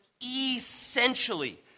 essentially